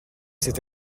cette